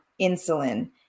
insulin